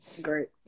Great